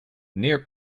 near